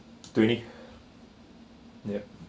twenty yup